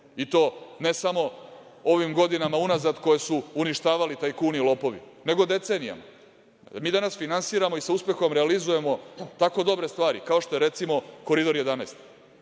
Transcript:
i to ne samo ovim godinama unazad koje su uništavali tajkuni i lopovi, nego decenijama. Mi danas finansiramo i sa uspehom realizujemo tako dobre stvari kao što je, recimo, Koridor 11